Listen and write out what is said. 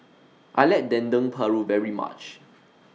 I like Dendeng Paru very much